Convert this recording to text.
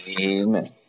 Amen